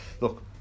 look